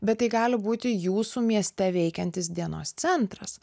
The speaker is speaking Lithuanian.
bet tai gali būti jūsų mieste veikiantis dienos centras